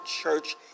church